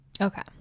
Okay